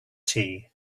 tea